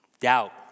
Doubt